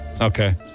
Okay